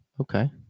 okay